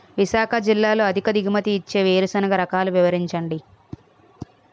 విశాఖ జిల్లాలో అధిక దిగుమతి ఇచ్చే వేరుసెనగ రకాలు వివరించండి?